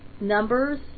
Numbers